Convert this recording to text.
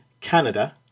Canada